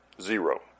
zero